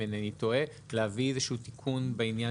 אם אינני טועה להביא איזשהו תיקון בעניין